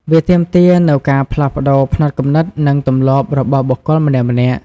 វាទាមទារនូវការផ្លាស់ប្តូរផ្នត់គំនិត និងទម្លាប់របស់បុគ្គលម្នាក់ៗ។